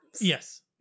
yes